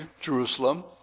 Jerusalem